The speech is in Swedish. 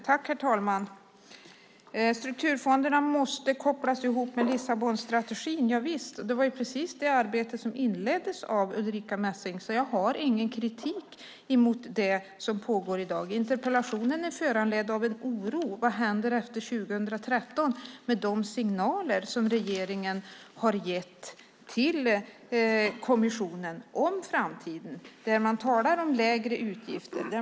Herr talman! Strukturfonderna måste kopplas ihop med Lissabonstrategin. Javisst! Det var ju just det arbetet som inleddes av Ulrica Messing. Jag har ingen kritik mot det som pågår i dag. Interpellationen är föranledd av en oro för vad som händer efter 2013 med tanke på de signaler som regeringen har gett kommissionen om framtiden. Man talar om lägre utgifter.